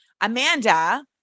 Amanda